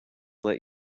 let